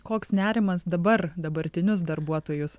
koks nerimas dabar dabartinius darbuotojus